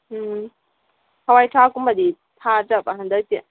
ꯎꯝ ꯍꯋꯥꯏ ꯊ꯭ꯔꯥꯛꯀꯨꯝꯕꯗꯤ ꯊꯥꯗ꯭ꯔꯕꯥ ꯍꯟꯗꯛꯇꯤ